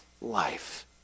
life